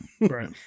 Right